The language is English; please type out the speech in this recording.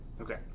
Okay